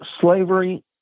slavery